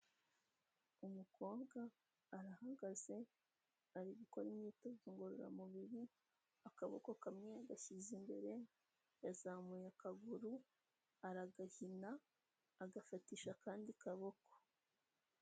Umukobwa arahagaze ari gukora imyitozo ngororamubiri, akaboko kamwe gashyize imbere, yazamuye akaguru aragahina agafatisha akandi kaboko.